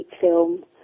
film